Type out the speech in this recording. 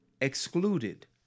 excluded